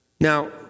Now